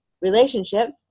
relationships